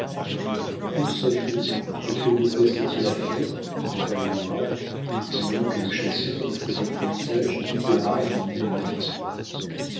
où sommes-nous et que nous reste-t-il à faire demanda heyward voyant que le chasseur ne faisait plus usage ni des rames ni de l'aviron